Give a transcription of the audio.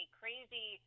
crazy